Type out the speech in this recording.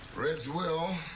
red's will